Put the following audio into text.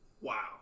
wow